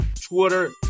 Twitter